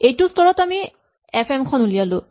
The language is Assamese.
এইটো স্তৰত আমি এফ এম খন উলিয়ালো